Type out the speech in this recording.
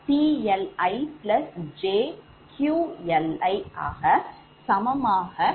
வாக சமமாக இருக்கிறது